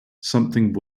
something